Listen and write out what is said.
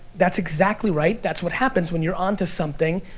that's exactly right, that's what happens when you're onto something,